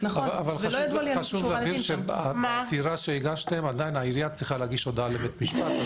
חשוב להבין שבעתירה שהגשתם העירייה צריכה להגיש הודעה לבית משפט.